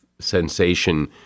sensation